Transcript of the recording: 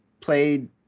played